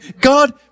God